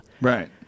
right